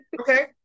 okay